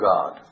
God